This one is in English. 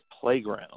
Playground